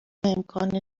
امکان